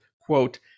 quote